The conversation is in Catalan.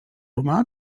romà